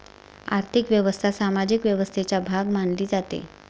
आर्थिक व्यवस्था सामाजिक व्यवस्थेचा भाग मानली जाते